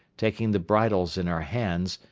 taking the bridles in our hands,